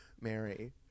Mary